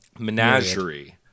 menagerie